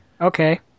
Okay